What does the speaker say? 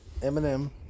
Eminem